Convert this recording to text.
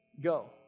go